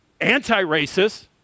anti-racist